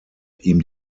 ihm